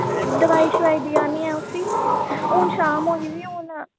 दवाई छवाई देआ नी आं उसी हून शाम होई गेदी हून